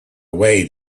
away